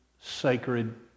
sacred